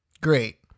Great